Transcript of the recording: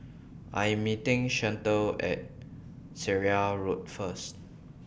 I Am meeting Chantel At Seraya Road First